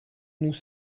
nous